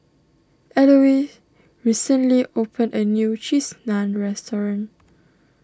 Elouise recently opened a new Cheese Naan restaurant